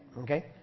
Okay